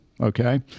Okay